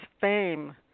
fame